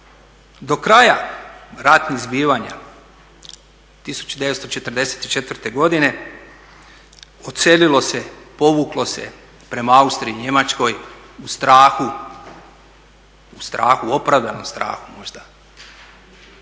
Do kraja ratnih zbivanja 1944. godine odselilo se, povuklo se prema Austriji, Njemačkoj u strahu, opravdanom strahu možda